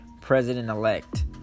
president-elect